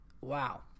Wow